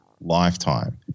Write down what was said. lifetime